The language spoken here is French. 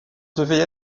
devait